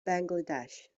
bangladesh